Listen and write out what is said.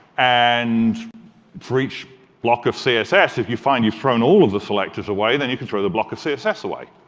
and for each block of css, if you find you've thrown all of the selectors away, then you can throw the block of css away.